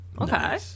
okay